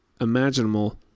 imaginable